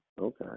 okay